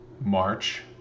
March